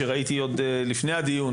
ראיתי שהעלית לפני הדיון,